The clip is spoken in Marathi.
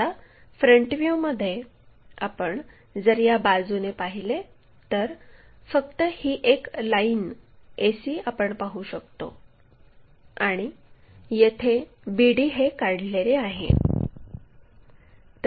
आता फ्रंट व्ह्यूमध्ये आपण जर या बाजुने पाहिले तर फक्त ही एक लाईन ac आपण पाहू शकतो आणि येथे bd हे काढले आहे